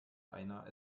einer